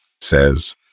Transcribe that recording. says